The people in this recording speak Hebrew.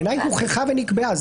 בעיניי הוכחה ונקבעה.